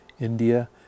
India